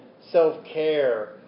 self-care